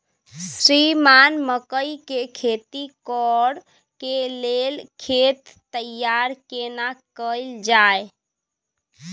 श्रीमान मकई के खेती कॉर के लेल खेत तैयार केना कैल जाए?